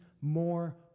more